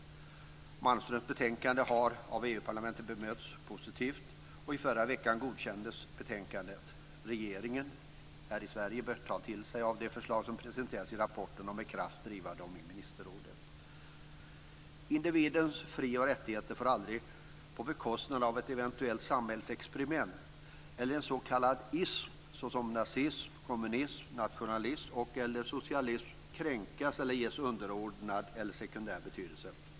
Malmströms betänkande har bemötts positivt av EU-parlamentet. I förra veckan godkändes betänkandet. Regeringen här i Sverige bör ta till sig de förslag som presenteras i rapporten och med kraft driva dem i ministerrådet. Individens fri och rättigheter får aldrig, på grund av ett eventuellt samhällsexperiment eller en s.k. - ism, såsom nazism, kommunism, nationalism eller socialism, kränkas eller ges underordnad eller sekundär betydelse.